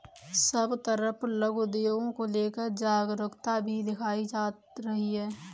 सब तरफ लघु उद्योग को लेकर जागरूकता भी दिखाई जा रही है